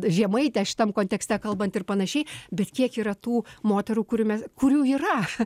žemaitę šitam kontekste kalbant ir panašiai bet kiek yra tų moterų kurių me kurių yra